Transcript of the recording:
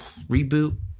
reboot